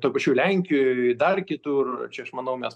toj pačioj lenkijoj dar kitur čia aš manau mes